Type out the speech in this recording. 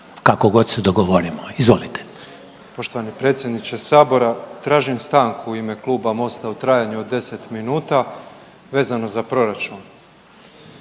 kako god se dogovorimo. Izvolite.